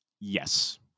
Yes